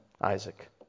Isaac